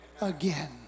Again